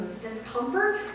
discomfort